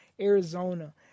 Arizona